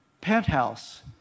penthouse